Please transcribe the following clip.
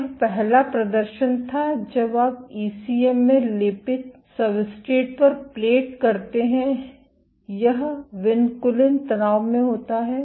यह पहला प्रदर्शन था जब आप ईसीएम लेपित सब्सट्रेट पर प्लेट करते हैं यह विनकुलिन तनाव में होता है